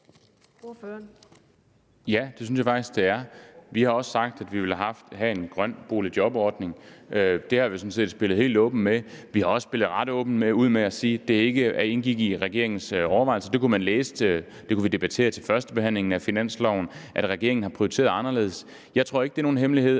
Ja, det synes jeg faktisk det er. Vi har også sagt, at vi vil have en grøn boligjobordning. Det har vi sådan set spillet helt åbent ud med. Vi har også spillet ret åbent ud med at sige, at det ikke indgik i regeringens overvejelser. Det kunne man læse, vi kunne debattere under førstebehandlingen af finansloven, at regeringen har prioriteret anderledes. Jeg tror ikke, det er nogen hemmelighed,